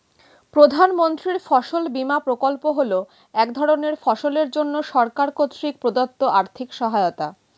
প্রধানমন্ত্রীর ফসল বিমা প্রকল্প হল এক ধরনের ফসলের জন্য সরকার কর্তৃক প্রদত্ত আর্থিক সহায়তা